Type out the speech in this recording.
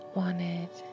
wanted